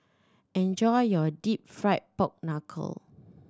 enjoy your Deep Fried Pork Knuckle